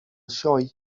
sioe